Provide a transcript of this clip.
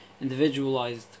individualized